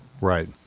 Right